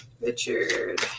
Richard